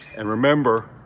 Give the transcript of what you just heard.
and remember,